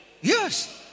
yes